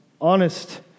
honest